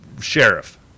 Sheriff